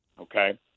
okay